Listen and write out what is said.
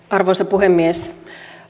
arvoisa puhemies